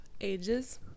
ages